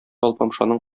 алпамшаның